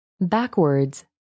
Backwards